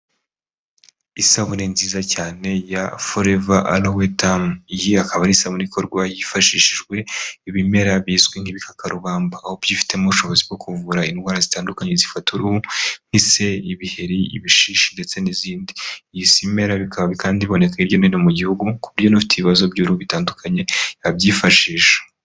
Isabune nziza cyane ya forever aloe turm iyi akaba ari isabune ikorwa hifashishijwe ibimera bizwi nk'ibikakarubamba aho byifitemo ubushobozi bwo kuvura indwara zitandukanye zifata uruhu nk'ise, ibiheri, ibishishi ndetse n'izindi iyi simera bikaba kandi iboneka hirya no hino mu gihugu kubwibyo ufite ibibazo by'uruhu bitandukanye yabyifashisha.